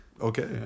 Okay